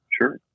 Sure